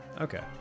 okay